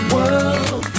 World